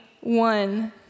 one